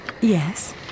Yes